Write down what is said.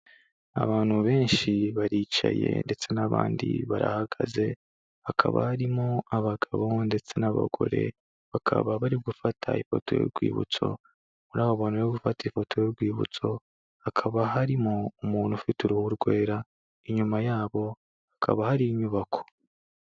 Abantu benshi baricaye ndetse n'abandi barahagaze, hakaba harimo abagabo ndetse n'abagore, bakaba bari gufata ifoto y'urwibutso, muri abo bantu bari gufata ifoto y'urwibutso hakaba harimo umuntu ufite uruhu rwera, inyuma yabo hakaba hari inyubako.